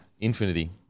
Infinity